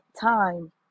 time